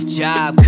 job